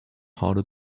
harder